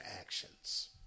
actions